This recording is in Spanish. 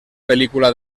película